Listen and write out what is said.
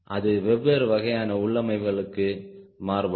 அது வெவ்வேறு வகையான உள்ளமைவுகளுக்கு மாறுபடும்